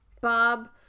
Bob